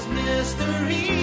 mystery